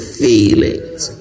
feelings